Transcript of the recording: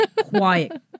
quiet